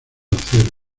acero